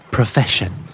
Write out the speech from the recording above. Profession